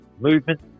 movement